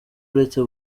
uretse